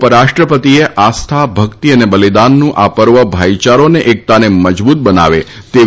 ઉપરાષ્ટ્રપતિએ આસ્થા ભક્તી અને બલિદાનનું આ પર્વ ભાઈયારો અને એકતાને મજબૂત બનાવે તેવી